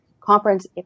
conference